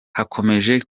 hakomeje